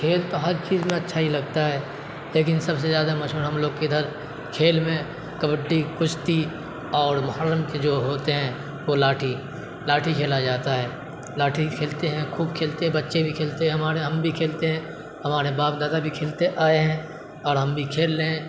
کھیل تو ہر چیز میں اچھا ہی لگتا ہے لیکن سب سے زیادہ مشہور ہم لوگ کے ادھر کھیل میں کبڈی کشتی اور محرم کے جو ہوتے ہیں وہ لاٹھی لاٹھی کھیلا جاتا ہے لاٹھی کھیلتے ہیں خوب کھیلتے بچے بھی کھیلتے ہیں ہمارے ہم بھی کھیلتے ہیں ہمارے باپ دادا بھی کھیلتے آئے ہیں اور ہم بھی کھیل رہے ہیں